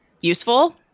useful